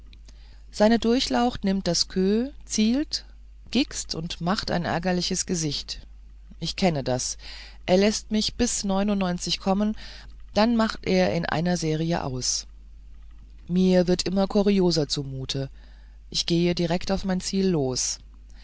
seine durchlaucht nimmt das queue zielt gickst macht ein ärgerliches gesicht ich kenne das er läßt mich bis neun kommen und dann macht er in einer serie aus mir wird immer kurioser zumute ich gehe direkt auf mein ziel los